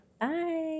bye